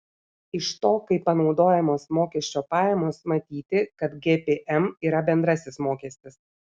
iš to kaip panaudojamos mokesčio pajamos matyti kad gpm yra bendrasis mokestis